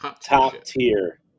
Top-tier